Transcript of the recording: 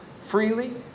freely